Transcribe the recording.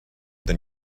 than